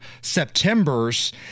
September's